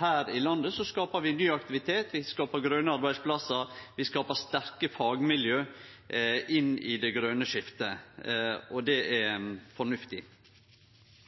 her i landet, skapar vi ny aktivitet, vi skapar grøne arbeidsplassar, vi skapar sterke fagmiljø inn i det grøne skiftet – og det er fornuftig.